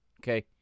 Okay